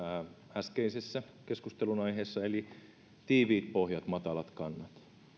äskeisessä keskustelunaiheessa eli tiiviit pohjat matalat kannat